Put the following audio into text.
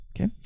Okay